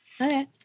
Okay